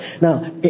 Now